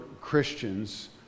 Christians